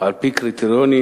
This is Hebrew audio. אדוני היושב-ראש,